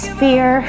fear